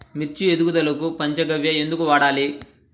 మిర్చి ఎదుగుదలకు పంచ గవ్య ఎందుకు వాడాలి?